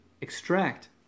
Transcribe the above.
extract